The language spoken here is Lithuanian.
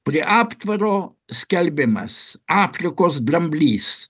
prie aptvaro skelbimas afrikos dramblys